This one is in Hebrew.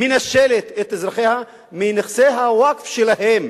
מנשלת את אזרחיה מנכסי הווקף שלהם.